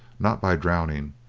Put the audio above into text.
not by drowning,